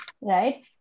right